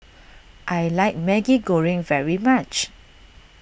I like Maggi Goreng very much